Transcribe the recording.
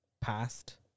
past